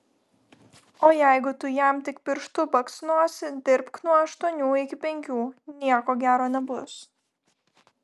o jeigu tu jam tik pirštu baksnosi dirbk nuo aštuonių iki penkių nieko gero nebus